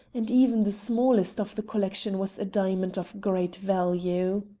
and even the smallest of the collection was a diamond of great value.